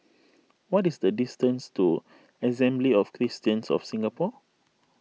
what is the distance to Assembly of Christians of Singapore